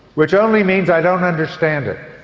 which only means i don't understand it.